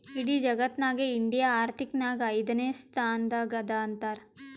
ಇಡಿ ಜಗತ್ನಾಗೆ ಇಂಡಿಯಾ ಆರ್ಥಿಕ್ ನಾಗ್ ಐಯ್ದನೇ ಸ್ಥಾನ ಅದಾ ಅಂತಾರ್